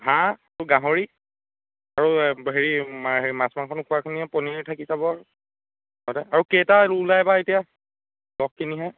হাঁহ আকৌ গাহৰি আৰু হেৰি মাছ মাংস নোখোৱাখিনিয়ে পনীৰ থাকি যাব আৰু লগতে আৰু কেইটা ওলাই বা এতিয়া লগখিনিহে